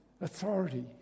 authority